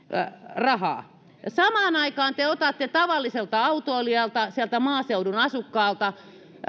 rahaa samaan aikaan te otatte tavalliselta autoilijalta sieltä maaseudun asukkaalta